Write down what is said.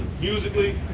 musically